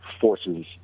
forces